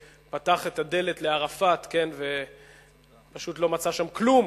שפתח את הדלת לערפאת ופשוט לא מצא שם כלום.